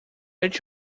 each